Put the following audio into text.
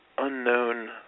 unknown